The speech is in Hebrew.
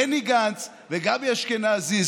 בני גנץ וגבי אשכנזי,